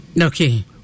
okay